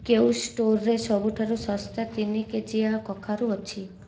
କେଉଁ ଷ୍ଟୋର୍ରେ ସବୁଠାରୁ ଶସ୍ତା ତିନି କେଜିଆ କଖାରୁ ଅଛି